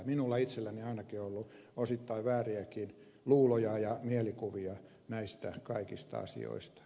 minulla itselläni ainakin on ollut osittain vääriäkin luuloja ja mielikuvia näistä kaikista asioista